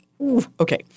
Okay